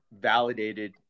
validated